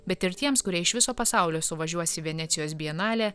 bet ir tiems kurie iš viso pasaulio suvažiuos į venecijos bienalę